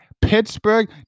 pittsburgh